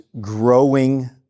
growing